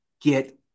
get